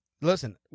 listen